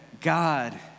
God